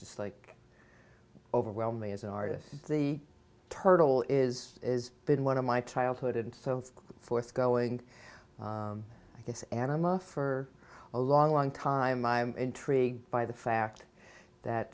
like overwhelming as an artist the turtle is is been one of my childhood and so forth going i guess and i'm off for a long long time i'm intrigued by the fact that